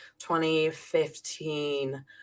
2015